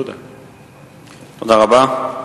תודה רבה.